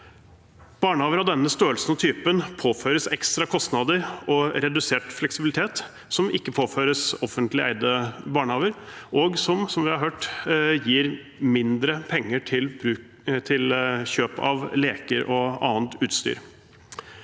Barnehager av denne størrelsen og typen påføres ekstra kostnader og redusert fleksibilitet som ikke påføres offentlig eide barnehager, og som, som vi har hørt, gir mindre penger til kjøp av leker og annet utstyr.